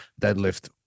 deadlift